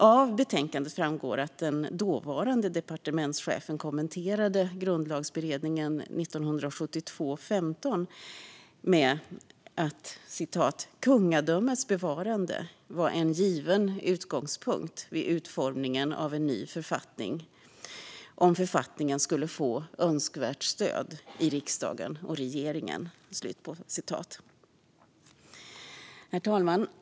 Av betänkandet framgår att den dåvarande departementschefen kommenterade Grundlagsberedningen, SOU 1972:15, med att "kungadömets bevarande var en given utgångspunkt vid utformningen av en ny författning om författningen skulle få önskvärt stöd i riksdagen och regeringen." Herr talman!